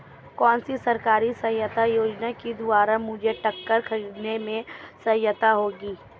कौनसी सरकारी सहायता योजना के द्वारा मुझे ट्रैक्टर खरीदने में सहायक होगी?